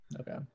Okay